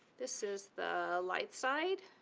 this is the light side,